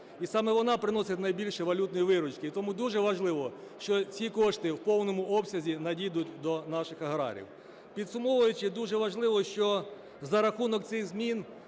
і саме вона приносить найбільше валютної виручки, і тому дуже важливо, що ці кошти в повному обсязі надійдуть до наших аграріїв. Підсумовуючи, дуже важливо, що за рахунок цих змін